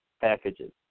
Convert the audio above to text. packages